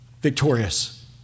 victorious